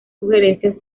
sugerencias